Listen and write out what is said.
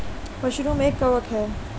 mushroom एक कवक है